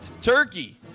turkey